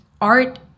art